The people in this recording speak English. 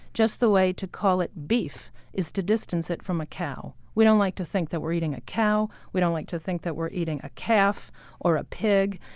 just the way to call it beef is to distance it from a cow. we don't like to think that we're eating a cow, we don't like to think that we're eating a calf or a pig.